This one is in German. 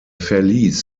verließ